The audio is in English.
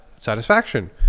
satisfaction